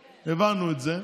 הבנו את זה.